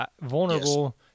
vulnerable